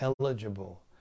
eligible